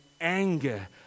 anger